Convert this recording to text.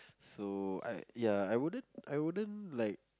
so I ya I wouldn't I wouldn't like